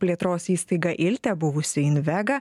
plėtros įstaiga iltė buvusi invega